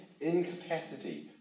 incapacity